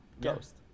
ghost